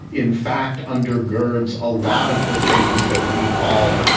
in fact, undergirds a lot of the things that we call